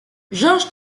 george